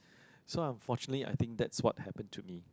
so unfortunately I think that's what happen to me